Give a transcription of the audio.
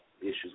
issues